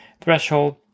threshold